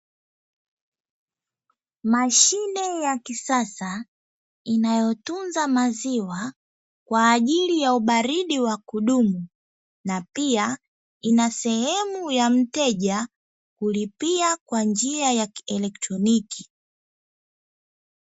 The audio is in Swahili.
Mashine ya kisasa inayotunza maziwa kwa ajili ya ubaridi wa kudumu, na pia ina sehemu ya mteja kulipia kwa njia ya kielektroniki.